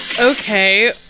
Okay